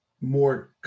more